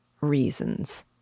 reasons